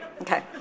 Okay